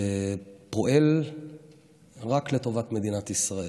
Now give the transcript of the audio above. שפועל רק לטובת מדינת ישראל.